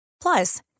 Plus